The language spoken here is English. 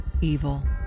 evil